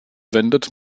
wendet